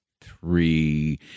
three